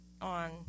on